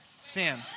Sam